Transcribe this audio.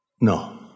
No